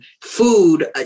food